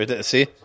See